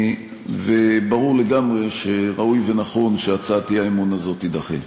וברור לגמרי שראוי ונכון שהצעת האי-אמון הזאת תידחה.